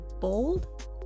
bold